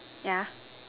yeah